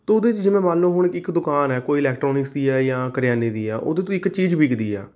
ਤਾਂ ਓਹਦੇ 'ਚ ਜਿਵੇਂ ਮੰਨ ਲਓ ਹੁਣ ਇੱਕ ਦੁਕਾਨ ਹੈ ਕੋਈ ਇਲੈਕਟ੍ਰਾਨਿਕਸ ਦੀ ਹੈ ਜਾਂ ਕਰਿਆਨੇ ਦੀ ਹੈ ਉਹਦੇ ਤੋਂ ਇੱਕ ਚੀਜ਼ ਵਿਕਦੀ ਆ